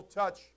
touch